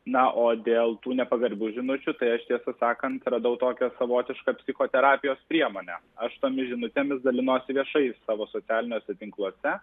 na o dėl tų nepagarbių žinučių tai aš tiesą sakant radau tokią savotišką psichoterapijos priemonę aš tomis žinutėmis dalinuosi viešai savo socialiniuose tinkluose